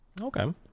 Okay